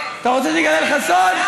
אתה רוצה שאני אגלה לך סוד?